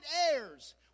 heirs